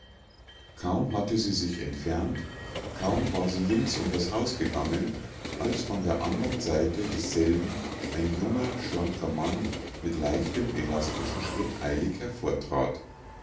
kaum hatte sie sich entfernt kaum war sie links um das haus gegangen als von der andern seite desselben ein junger schlanker mann mit leichtem elastischen schritt eilig hervortrat